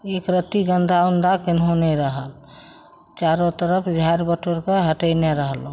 एक रत्ती गन्दा उन्दा केनहू नहि रहल चारू तरफ झाड़ि बटोरिके हटेने रहलहुँ